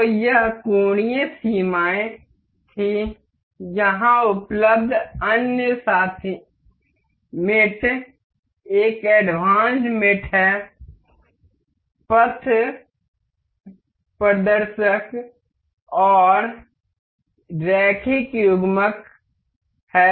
तो यह कोणीय सीमाएं थीं यहां उपलब्ध अन्य साथी एक एडवांस्ड मेट हैं पथ प्रदर्शक और रैखिक युग्मक हैं